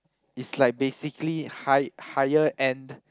it's like basically high higher end